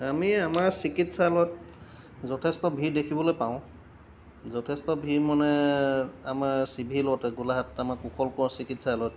আমি আমাৰ চিকিৎসালয়ত যথেষ্ট ভিৰ দেখিবলৈ পাওঁ যথেষ্ট ভিৰ মানে আমাৰ চিভিলতে গোলাঘাট আমাৰ কুশল কুঁৱৰ চিকিৎসালয়ত